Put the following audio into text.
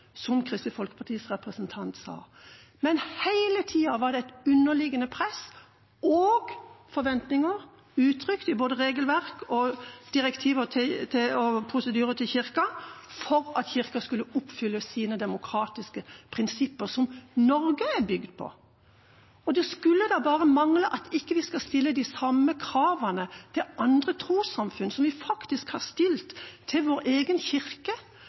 som Kristelig Folkepartis representant sa. Hele tiden var det et underliggende press og forventninger uttrykt i både regelverk, direktiver og prosedyrer til Kirken for at Kirken skulle oppfylle sine demokratiske prinsipper som Norge er bygd på. Det skulle da bare mangle at vi ikke skulle stille de samme kravene til andre trossamfunn som vi faktisk har stilt til vår egen kirke.